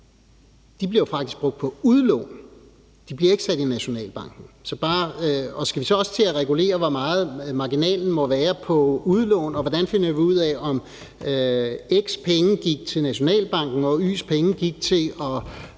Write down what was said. bliver brugt på udlån. De bliver ikke sat i Nationalbanken. Skal vi så også til at regulere, hvor stor marginalen må være på udlån, og hvordan finder vi ud af, om x penge gik til Nationalbanken og y penge gik til at